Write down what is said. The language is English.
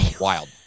Wild